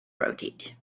rotate